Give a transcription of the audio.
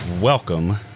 welcome